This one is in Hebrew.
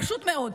פשוט מאוד.